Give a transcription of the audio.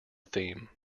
theme